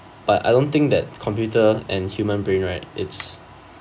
but I don't think that computer and human brain right it's